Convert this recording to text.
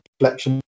reflection